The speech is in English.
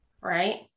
right